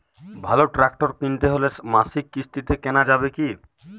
ভালো ট্রাক্টর কিনতে হলে মাসিক কিস্তিতে কেনা যাবে কি?